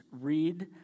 read